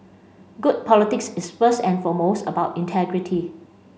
good politics is first and foremost about integrity